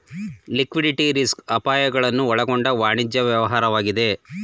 liquidity risk ಅಪಾಯಗಳನ್ನು ಒಳಗೊಂಡ ವಾಣಿಜ್ಯ ವ್ಯವಹಾರವಾಗಿದೆ